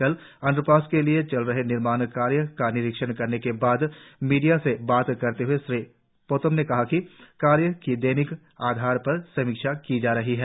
कल अंडरपास के लिए चल रहे निर्माण कार्य का निरीक्षण करने के बाद मीडिया से बात करते हए श्री पोतोम ने कहा कि कार्य की दैनिक आधार पर समीक्षा की जा रही है